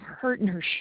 partnership